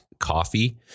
Coffee